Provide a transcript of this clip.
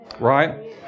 Right